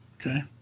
Okay